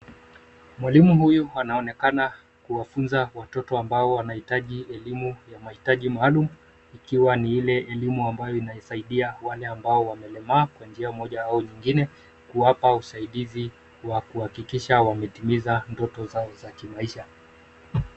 Mwalimu huyu anaonekana kuwafunza watoto ambao wanaohitaji elimu ya mahitaji maalum, ikiwa ni ile elimu ambayo inayosaidia wale ambao wamelemaa kwa njia moja au nyingine, kuwapa usaidizi wa kuhakikisha wametimiza ndoto zao za kimaisha.